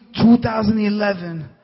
2011